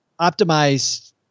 Optimize